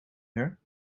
her